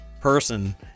person